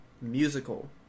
musical